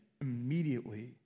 immediately